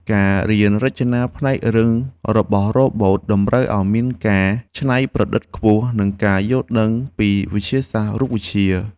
ការរៀនរចនាផ្នែករឹងរបស់រ៉ូបូតតម្រូវឱ្យមានការច្នៃប្រឌិតខ្ពស់ និងការយល់ដឹងពីវិទ្យាសាស្ត្ររូបវិទ្យា។